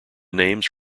names